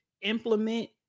implement